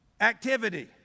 activity